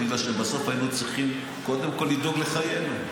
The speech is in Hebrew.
בגלל שבסוף היינו צריכים קודם כול לדאוג לחיינו,